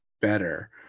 better